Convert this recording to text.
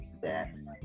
sex